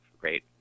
great